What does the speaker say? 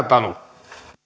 puhemies